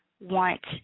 want